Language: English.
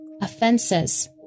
offenses